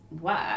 work